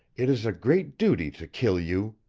it is a great duty to kill you.